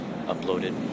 uploaded